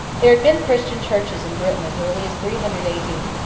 there had been christian churches in britain as early as three hundred a. d,